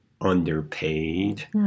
underpaid